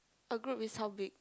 a group is how big